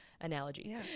analogy